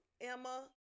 emma